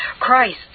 Christ